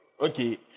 Okay